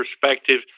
perspective